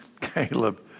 Caleb